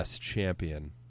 champion